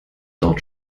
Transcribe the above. dort